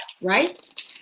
right